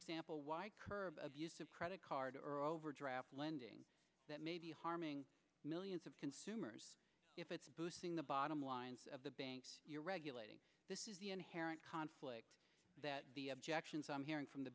example why curb abusive credit card or overdraft lending that may be harming millions of consumers if it's boosting the bottom lines of the banks you're regulating this is the inherent conflict that the objections i'm hearing from the